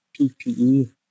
ppe